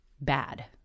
bad